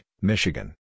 Michigan